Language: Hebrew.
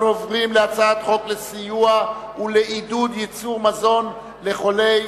אנחנו עוברים להצעת חוק לסיוע ולעידוד ייצור מזון לחולי